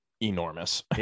enormous